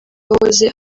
wahoze